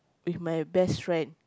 with my best friend